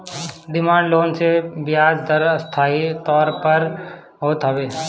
demand loan मे बियाज दर अस्थाई तौर पअ होत हवे